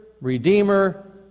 redeemer